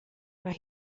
mae